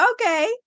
okay